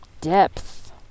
Depth